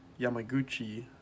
Yamaguchi